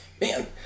man